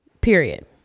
Period